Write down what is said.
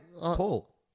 Paul